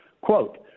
Quote